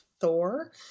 Thor